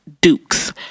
dukes